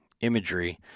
imagery